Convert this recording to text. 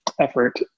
effort